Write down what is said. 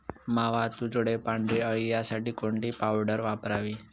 मावा, तुडतुडे, पांढरी अळी यासाठी कोणती पावडर वापरावी?